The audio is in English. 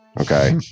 Okay